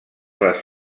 les